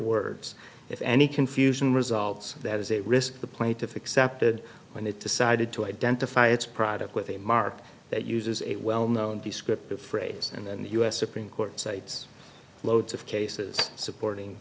words if any confusion results that is a risk the plaintiff accepted when it decided to identify its product with a mark that uses a well known descriptive phrase and the u s supreme court cites loads of cases supporting